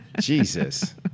Jesus